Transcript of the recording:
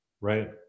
right